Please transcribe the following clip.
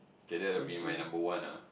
okay that would be my number one ah